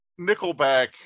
Nickelback